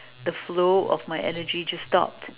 the flow of my energy just stopped